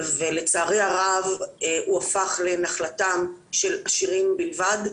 ולצערי הרב הוא הפך לנחלתם של עשירים בלבד,